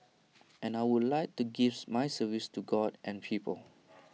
and I would like to gives my service to God and people